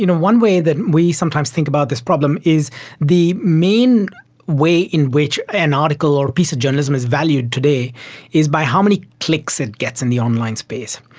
you know one way that we sometimes think about this problem is the main way in which an article or a piece of journalism is valued today is by how many clicks it gets in the online space.